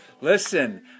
Listen